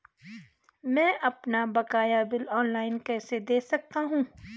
मैं अपना बकाया बिल ऑनलाइन कैसे दें सकता हूँ?